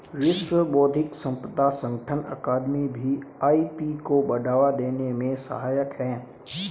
विश्व बौद्धिक संपदा संगठन अकादमी भी आई.पी को बढ़ावा देने में सहायक है